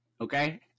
Okay